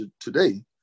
today